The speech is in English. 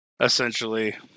essentially